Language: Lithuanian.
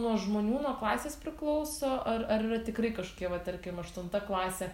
nuo žmonių nuo klasės priklauso ar ar yra tikrai kašokie va tarkim aštunta klasė